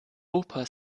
opa